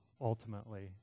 ultimately